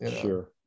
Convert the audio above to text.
Sure